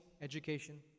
education